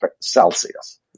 Celsius